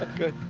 but good.